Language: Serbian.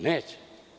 Neće.